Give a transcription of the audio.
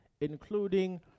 including